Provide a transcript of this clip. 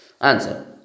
answer